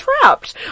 trapped